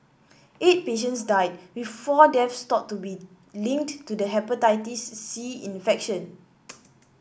eight patients died with four deaths thought to be linked to the Hepatitis C infection